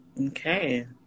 Okay